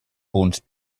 punts